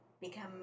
become